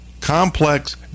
complex